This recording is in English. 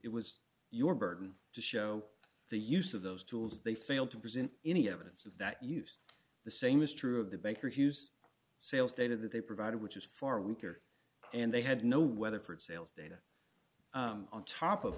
it was your burden to show the use of those tools they failed to present any evidence of that use the same is true of the baker hughes sales data that they provided which is far weaker and they had no weatherford sales data on top of